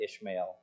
Ishmael